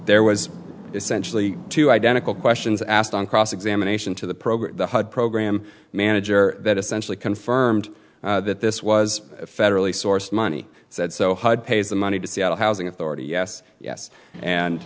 there was essentially to two identical questions asked on cross examination to the program the hud program manager that essentially confirmed that this was federally sourced money said so hud pays the money to seattle housing authority yes yes and